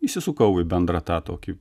įsisukau į bendrą tą tokį